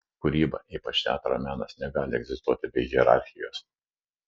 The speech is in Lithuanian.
kūryba ypač teatro menas negali egzistuoti be hierarchijos